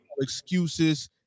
Excuses